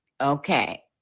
Okay